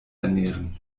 ernähren